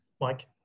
Mike